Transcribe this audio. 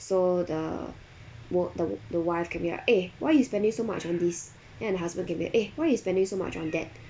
so the wo~ the the wife can be like eh why you spending so much on this and the husband can be like eh why you spending so much on that